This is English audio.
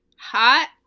hot